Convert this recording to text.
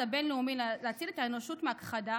הבין-לאומי להציל את האנושות מהכחדה,